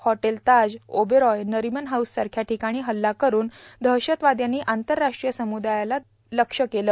hotel Taj Oberoi Nariman हाऊससारख्या ठिकाणी हल्ला करून दहशतवादयांनी आंतरराष्ट्रीय समुदायाला लक्ष्य केलं